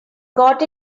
got